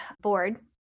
board